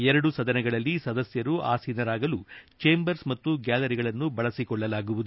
ಎರಡೂ ಸದನಗಳಲ್ಲಿ ಸದಸ್ನರು ಆಸೀನರಾಗಲು ಚೇಂಬರ್ಸ್ ಮತ್ತು ಗ್ಯಾಲರಿಗಳನ್ನು ಬಳಸಿಕೊಳ್ಳಲಾಗುವುದು